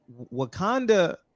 Wakanda